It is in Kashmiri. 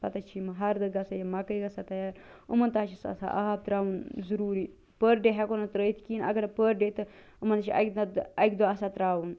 پتہٕ حظ چھِ یِم ہردٕ گژھان یہِ مکٲے گَژھان تیار یِمن تہٕ حظ چھُ سُہ آسان آب ترٛاوُن ضُروٗری پٔر ڈے ہیٚکو نہٕ ترٛٲیِتھ کیٚنٛہہ اگر نہٕ پٔر ڈے تہٕ یِمن حظ چھُ اَکہِ نَہ تہٕ اَکہِ دۄہ آسان ترٛاوُن